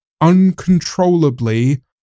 uncontrollably